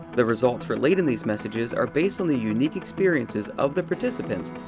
the results relayed in these messages are based on the unique experiences of the participants,